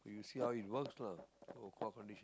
you see how it works lah